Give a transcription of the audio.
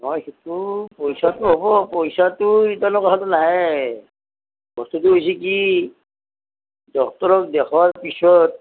নহয় সেইটো পইচাটো হ'ব পইচাটো ইতালৈ কথাটো নাহে বস্তুটো হৈছে কি ডক্তৰক দেখোৱাৰ পিছত